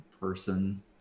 person